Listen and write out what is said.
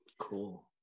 Cool